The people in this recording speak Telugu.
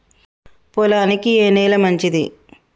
పొలానికి ఏ నేల మంచిది?